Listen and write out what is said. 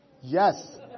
Yes